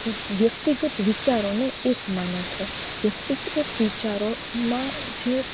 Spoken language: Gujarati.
વ્યક્તિગત વિચારોને એક માને છે વ્યક્તિગત વિચારોમાં જે